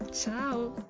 Ciao